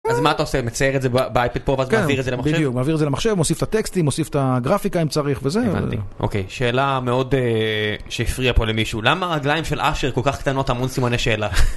אז מה אתה עושה? מצייר את זה ב-iPad פה ואז מעביר את זה למחשב? בדיוק, מעביר את זה למחשב, מוסיף את הטקסטים, מוסיף את הגרפיקה אם צריך וזהו. הבנתי. אוקיי, שאלה מאוד שהפריע פה למישהו. למה הרגליים של אשר כל כך קטנות המון סימני שאלה?